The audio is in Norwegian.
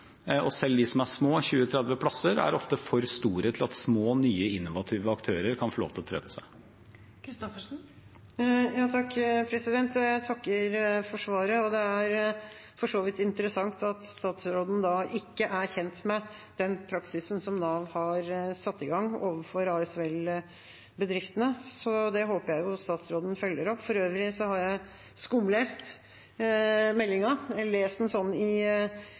til at små, nye, innovative aktører kan få lov til å prøve seg. Jeg takker for svaret. Det er for så vidt interessant at statsråden ikke er kjent med den praksisen som Nav har satt i gang overfor ASVL-bedriftene, så det håper jeg statsråden følger opp. For øvrig har jeg skumlest meldinga, lest den sånn i